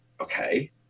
Okay